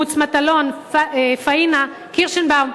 מוץ מטלון, פאינה קירשנבאום.